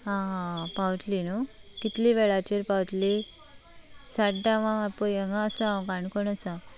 आं हां आं पावतली नू कितलें वेळाचेर पावतली साडे धांक हांव पळय हांगा आसां काणकोण आसा